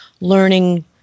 learning